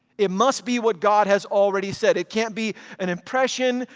it must be what god has already said. it can't be an impression,